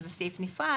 שזה סעיף נפרד